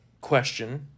question